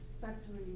factory